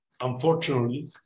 Unfortunately